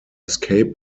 escape